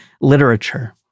Literature